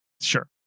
Sure